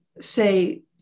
say